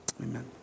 amen